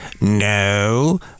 no